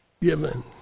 given